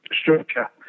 structure